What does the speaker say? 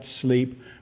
sleep